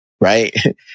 Right